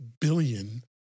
billion